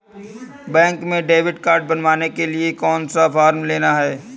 Bank में debit card बनवाने के लिए कौन सा फॉर्म लेना है?